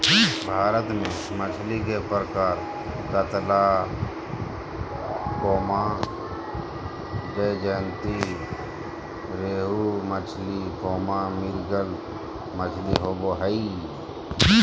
भारत में मछली के प्रकार कतला, ज्जयंती रोहू मछली, मृगल मछली होबो हइ